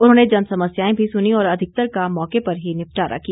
उन्होंने जन समस्याएं भी सुनी और अधिकतर का मौके पर ही निपटारा किया